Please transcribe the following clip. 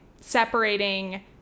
separating